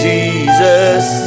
Jesus